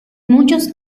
muchos